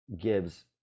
gives